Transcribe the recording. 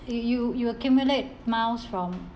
you you you accumulate miles from